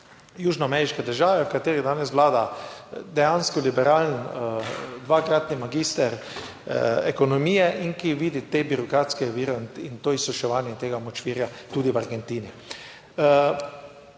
južnoameriške države, v kateri danes vlada dejansko liberalni dvakratni magister ekonomije in ki vidi te birokratske ovire in to izsuševanje tega močvirja tudi v Argentini.